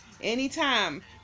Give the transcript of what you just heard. anytime